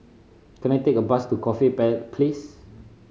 can I take a bus to Corfe Place